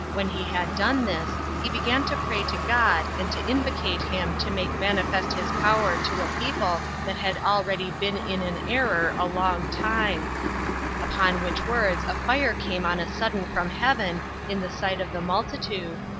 when he had done this, he began to pray to god, and to invocate him to make manifest his power to a people that had already been in an error a long time upon which words a fire came on a sudden from heaven in the sight of the multitude,